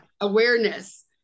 awareness